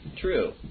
true